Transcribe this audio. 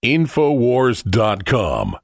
Infowars.com